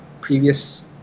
previous